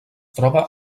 troba